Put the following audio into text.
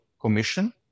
commission